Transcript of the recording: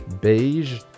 Beige